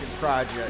Project